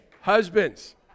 Husbands